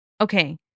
Okay